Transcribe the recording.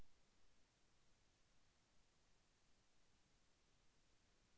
Doctor course చదువుటకు మా అబ్బాయికి ఎంత ఋణం ఇస్తారు?